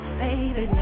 baby